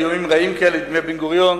היו ימים רעים כאלה בימי בן-גוריון,